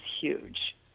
huge